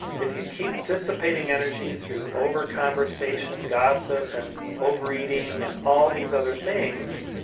if you keep dissipating energy through over-conversation, gossip, and overeating and all these other things,